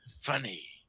Funny